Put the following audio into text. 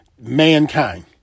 mankind